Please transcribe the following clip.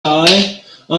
i—i